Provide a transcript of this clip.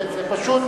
לפעמים,